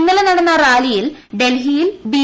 ഇന്നലെ നടന്ന റാലിയിൽ ഡൽഹിയിൽ ബി